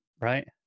right